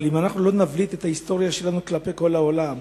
אבל אם אנחנו לא נבליט את ההיסטוריה שלנו כלפי כל העולם,